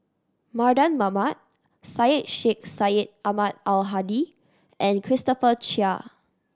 Mardan Mamat Syed Sheikh Syed Ahmad Al Hadi and Christopher Chia